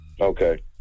Okay